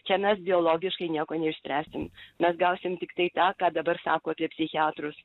čia mes biologiškai nieko neišspręsim mes gausim tik tai tą ką dabar sako apie psichiatrus